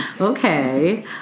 okay